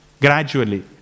gradually